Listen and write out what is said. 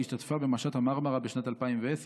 השתתפה במשט המרמרה בשנת 2010,